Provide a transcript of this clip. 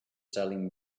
selling